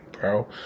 bro